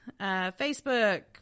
Facebook